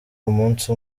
umunsi